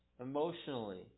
emotionally